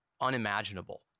unimaginable